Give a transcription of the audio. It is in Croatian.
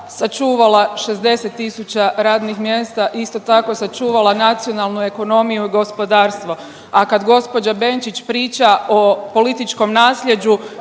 sačuvala 60 tisuća radnih mjesta, isto tako, sačuvala nacionalnu ekonomiju i gospodarstvo, a kad gđa Benčić priča o političkom nasljeđu,